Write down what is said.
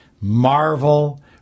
Marvel